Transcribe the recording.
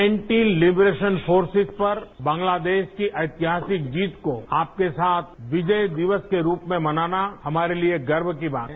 anti liberation forces पर बांग्लादेश की ऐतिहासिक जीत को आपके साथ विजय दिवस के रूप में मनाना हमारे लिए गर्व की बात है